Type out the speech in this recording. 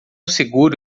seguro